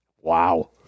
Wow